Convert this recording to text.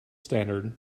standard